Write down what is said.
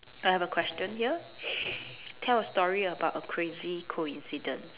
I have a question here tell a story about a crazy coincidence